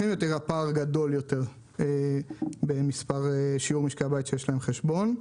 יותר הפער גדול יותר בשיעור משקי הבית שיש להם חשבון.